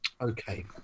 Okay